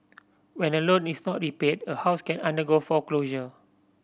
when a loan is not repaid a house can undergo foreclosure